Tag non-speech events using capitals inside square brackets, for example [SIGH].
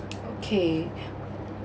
okay [BREATH]